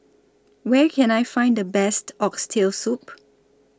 Where Can I Find The Best Oxtail Soup